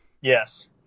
Yes